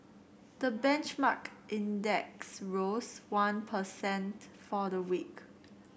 the benchmark index rose one per cent for the week